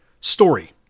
story